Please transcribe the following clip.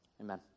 amen